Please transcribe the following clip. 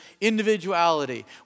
individuality